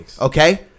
Okay